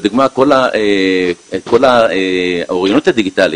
לדוגמה כל האוריינות הדיגיטלית,